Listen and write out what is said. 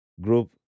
group